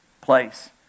place